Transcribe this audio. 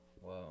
Wow